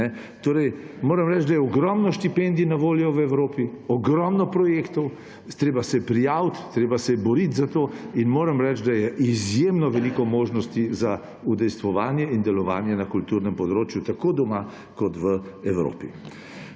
Evropi. Moram reči, da je ogromno štipendij na voljo v Evropi, ogromno projektov, treba se je prijaviti, treba se je boriti za to in moram reči, da je izjemno veliko možnosti za udejstvovanje in delovanje na kulturnem področju, tako doma kot v Evropi.